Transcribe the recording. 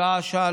שעה-שעה,